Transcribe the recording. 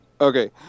Okay